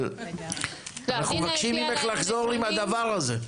אבל אנחנו מבקשים ממך לחזור על הדבר הזה.